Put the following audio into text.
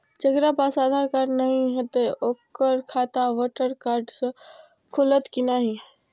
जकरा पास आधार कार्ड नहीं हेते ओकर खाता वोटर कार्ड से खुलत कि नहीं?